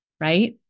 right